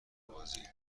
بازی